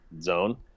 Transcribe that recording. zone